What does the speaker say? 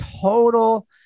total